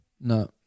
No